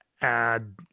add